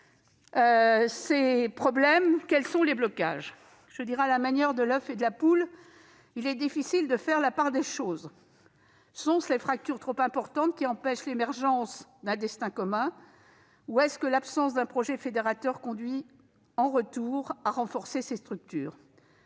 ces blocages et quels sont-ils ? Comme pour l'oeuf et la poule, il est difficile de faire la part des choses : sont-ce les fractures trop importantes qui empêchent l'émergence d'un destin commun ? Ou est-ce que l'absence d'un projet fédérateur conduit en retour à renforcer ces fractures ?